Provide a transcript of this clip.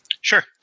Sure